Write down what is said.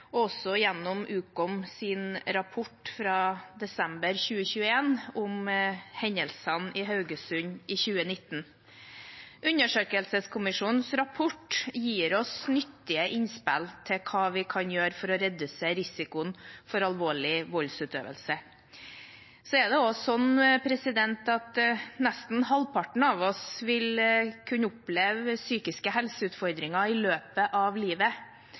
og også gjennom Ukom sin rapport fra desember 2021 om hendelsene i Haugesund i 2019. Undersøkelseskommisjonens rapport gir oss nyttige innspill til hva vi kan gjøre for å redusere risikoen for alvorlig voldsutøvelse. Nesten halvparten av oss vil kunne oppleve psykiske helseutfordringer i løpet av livet.